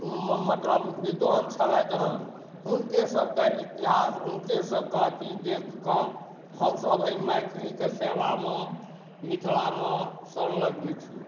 मतलब विद्वान छलथि हँ हुनके सबके इतिहास हुनके सबके अथी देखि कऽ हमसब ई मैथिलीके सेवामे मिथिलामे संलग्न छी